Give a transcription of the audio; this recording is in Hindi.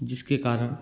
जिसके कारण